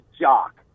jock